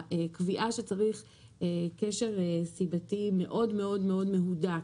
הקביעה שצריך קשר סיבתי מאוד מאוד מאוד מהודק